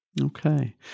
Okay